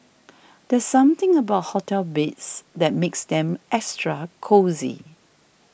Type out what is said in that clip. there's something about hotel beds that makes them extra cosy